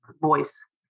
voice